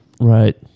Right